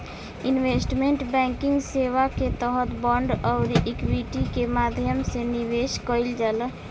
investment banking सेवा के तहत बांड आउरी इक्विटी के माध्यम से निवेश कईल जाला